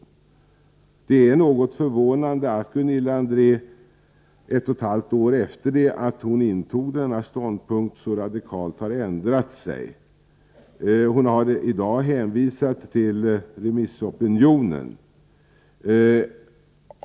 Det är något förvånande att Gunilla André nu, ett och ett halvt år efter det att hon intog denna ståndpunkt, så radikalt har ändrat sig. Hon har i dag hänvisat till remissopinionen.